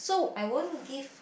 I won't give